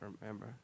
remember